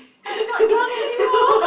I'm not young anymore